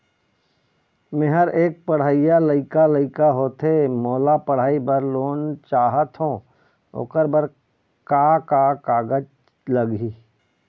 मेहर एक पढ़इया लइका लइका होथे मोला पढ़ई बर लोन चाहथों ओकर बर का का कागज लगही?